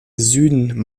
süden